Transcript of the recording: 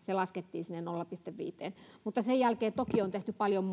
se laskettiin sinne nolla pilkku viiteen mutta sen jälkeen toki on tehty paljon